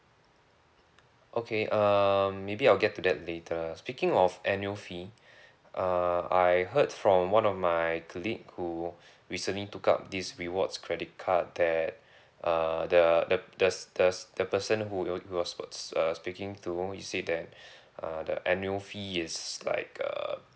okay uh maybe I'll get to that later speaking of annual fee uh I heard from one of my colleague who recently took up this rewards credit card that uh there are the there's there's the person who he was he was uh speaking to he said that uh the annual fee is like err